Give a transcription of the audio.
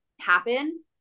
happen